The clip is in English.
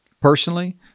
personally